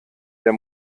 der